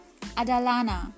Adalana